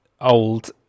old